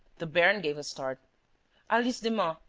the baron gave a start alice demun.